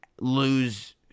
lose